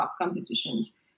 competitions